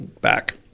back